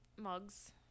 mugs